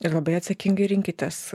ir labai atsakingai rinkitės